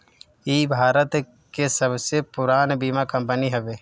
इ भारत के सबसे पुरान बीमा कंपनी हवे